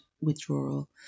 withdrawal